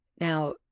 Now